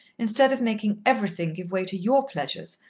instead of making everything give way to your pleasures,